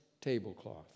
tablecloth